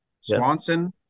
Swanson